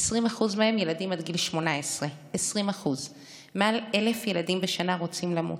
20% מהם ילדים עד גיל 18. 20% מעל 1,000 ילדים בשנה רוצים למות.